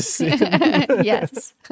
Yes